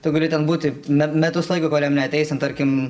tu gali ten būti me metus laiko kur jam neateisim tarkim